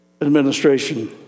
administration